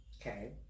Okay